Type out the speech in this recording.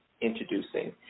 introducing